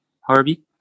Harvey